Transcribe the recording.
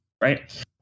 right